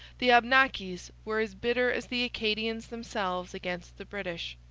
the abnakis were as bitter as the acadians themselves against the british.